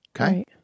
Okay